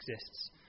exists